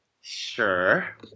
Sure